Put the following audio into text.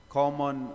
common